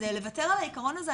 אז לוותר על העיקרון הזה,